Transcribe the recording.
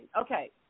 Okay